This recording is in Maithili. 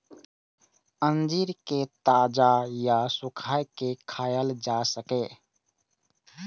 अंजीर कें ताजा या सुखाय के खायल जा सकैए